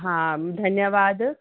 हा धन्यवाद